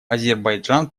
азербайджан